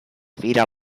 fira